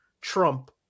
Trump